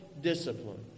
discipline